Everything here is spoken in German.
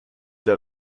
der